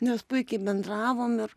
nes puikiai bendravom ir